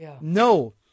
No